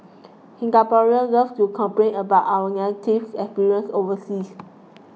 Singaporeans love to complain about our negative experiences overseas